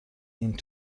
این